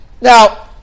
Now